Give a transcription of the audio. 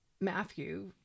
Matthew